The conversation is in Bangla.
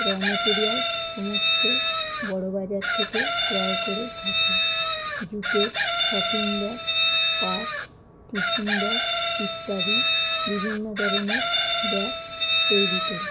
র মেটেরিয়ালস সমস্ত বড়ো বাজার থেকে ক্রয় করে থাকি জুটের shopping bag purse tiffin bag ইত্যাদি বিভিন্ন ধরনের ব্যাগ তৈরি করি